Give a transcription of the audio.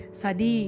Sadi